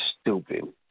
Stupid